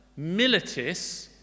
militis